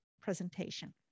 presentation